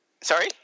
Sorry